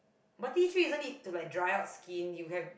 but tea tree isn't it to like dry out skin you have